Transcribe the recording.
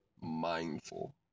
mindful